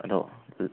ꯑꯗꯣ